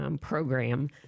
program